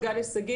אני גליה שגיא,